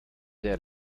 der